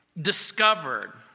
discovered